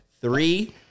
three